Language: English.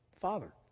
father